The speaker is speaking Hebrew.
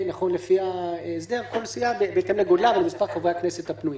כל סיעה בהתאם לגודלה ומספר חברי הכנסת הפנויים.